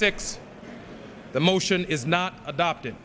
six the motion is not adopted